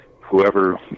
whoever